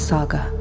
Saga